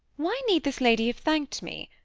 why need this lady have thanked me?